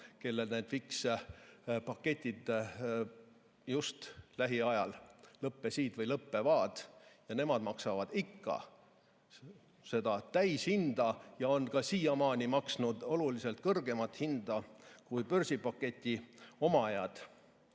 kellel need fikspaketid just lähiajal lõppesid või lõpevad. Nemad maksavad ikka seda täishinda ja on ka siiamaani maksnud oluliselt kõrgemat hinda kui börsipaketi omajad.